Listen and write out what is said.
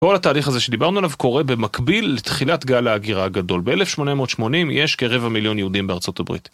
כל התהליך הזה שדיברנו עליו קורה במקביל לתחילת גל ההגירה הגדול. ב-1880 יש כרבע מיליון יהודים בארצות הברית.